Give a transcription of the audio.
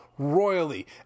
Royally